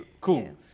cool